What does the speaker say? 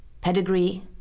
Pedigree